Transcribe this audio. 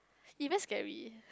even scary